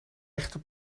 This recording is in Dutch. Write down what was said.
echte